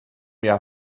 mehr